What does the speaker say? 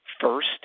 first